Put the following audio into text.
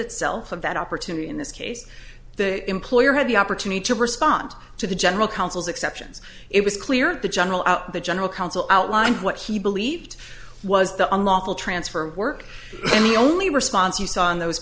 itself of that opportunity in this case the employer had the opportunity to respond to the general counsel's exceptions it was clear that the general out the general counsel outlined what he believed was the unlawful transfer work and the only response you saw on those